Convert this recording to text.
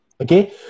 Okay